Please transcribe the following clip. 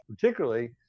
particularly